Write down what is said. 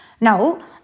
Now